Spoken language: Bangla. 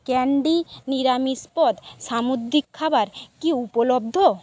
ক্যান্ডি নিরামিষ পদ সামুদ্রিক খাবার কি উপলব্ধ